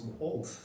old